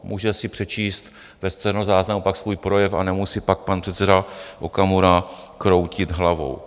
Může si pak přečíst ve stenozáznamu svůj projev a nemusí pak pan předseda Okamura kroutit hlavou.